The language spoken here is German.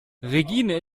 regine